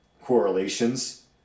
correlations